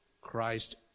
Christ